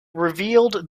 revealed